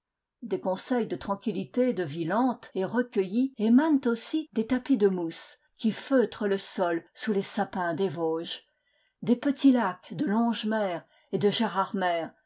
des conseils de tranquillité de vie lente et recueillie émanent aussi des tapis de mousse qui feutrent le sol sous les sapins des vosges des petits lacs de longemer et de gérardmer